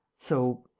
so.